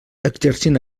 exercint